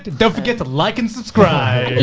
don't forget to like and subscribe.